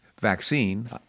vaccine